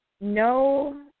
No